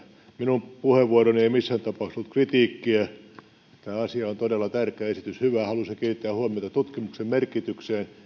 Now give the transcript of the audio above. minun puheenvuoroni ei missään tapauksessa ollut kritiikkiä tämä asia on todella tärkeä esitys hyvä halusin kiinnittää huomiota tutkimuksen merkitykseen